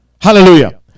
Hallelujah